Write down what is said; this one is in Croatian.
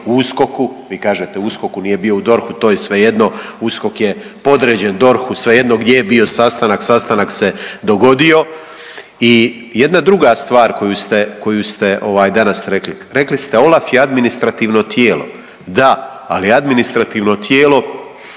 u USKOK-u. Vi kažete USKOK-u, nije bio u DORH-u. To je svejedno, USKOK je podređen DORH-u, svejedno gdje je bio sastanak. Sastanak se dogodio i jedna druga stvar koju ste danas rekli. Rekli ste OLAF je administrativno tijelo. Da, ali administrativno tijelo